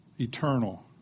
eternal